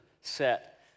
set